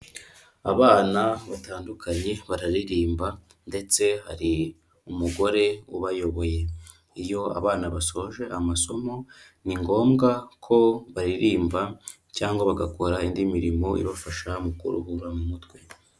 Abana batandukanye bararirimba ndetse hari umugore ubayoboye. Iyo abana basoje amasomo ni ngombwa ko baririmba cyangwa bagakora indi mirimo ibafasha mu kuruhura mu mutwe.